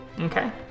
okay